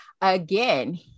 again